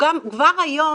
כבר היום,